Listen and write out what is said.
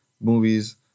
movies